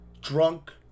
drunk